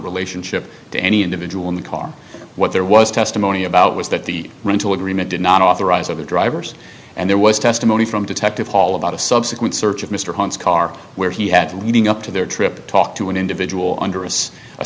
relationship to any individual in the car what there was testimony about was that the rental agreement did not authorize other drivers and there was testimony from detective paul about a subsequent search of mr hunt's car where he had leading up to their trip to talk to an individual under as a